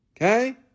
Okay